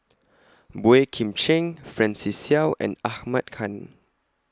Boey Kim Cheng Francis Seow and Ahmad Khan